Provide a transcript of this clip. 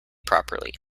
properly